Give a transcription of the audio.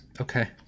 Okay